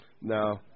No